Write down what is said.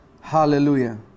Hallelujah